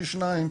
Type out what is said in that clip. פי שניים,